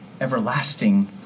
everlasting